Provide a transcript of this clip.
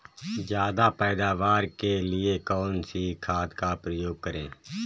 ज्यादा पैदावार के लिए कौन सी खाद का प्रयोग करें?